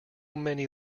many